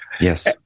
Yes